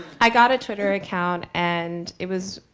i got a twitter account, and it was